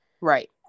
right